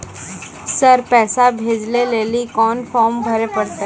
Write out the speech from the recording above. Sir पैसा भेजै लेली कोन फॉर्म भरे परतै?